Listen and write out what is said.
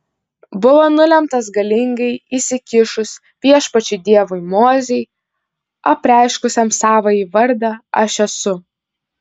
buvo nulemtas galingai įsikišus viešpačiui dievui mozei apreiškusiam savąjį vardą aš esu